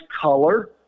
color